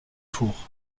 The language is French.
fours